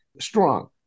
strong